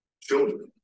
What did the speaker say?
children